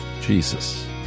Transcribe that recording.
Jesus